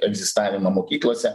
egzistavimą mokyklose